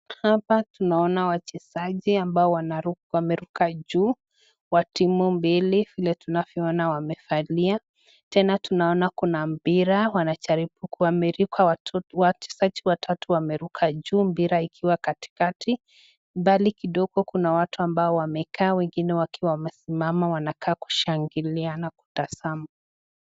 Hapa tunaona wachezaji ambao wameruka juu, wa timu mbili vile tunavyoona wamevalia. Tena tunaona kuna mpira. Wachezaji watatu wameruka juu mpira ikiwa katikati, mbali kidogo kuna watu ambao wamekaa wengine wakiwa wamesimama wanakaa kushangilia na kutazama.